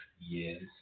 Yes